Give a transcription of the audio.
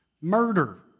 Murder